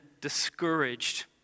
discouraged